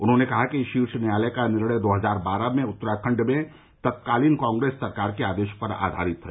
उन्होंने कहा कि शीर्ष न्यायालय का निर्णय दो हजार बारह में उत्तराखंड में तत्कालीन कांग्रेस सरकार के आदेश पर आधारित है